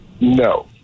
No